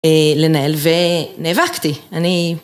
לנהל, ונאבקתי. אני...